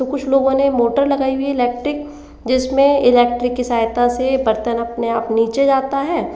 तो कुछ लोगों ने मोटर लगायी हुई है इलेक्ट्रिक जिसमें इलेक्ट्रिक की सहायता से बर्तन अपने आप नीचे जाता है